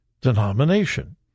denomination